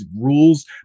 rules